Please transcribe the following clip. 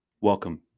welcome